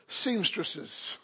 seamstresses